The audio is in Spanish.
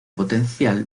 potencial